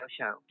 Show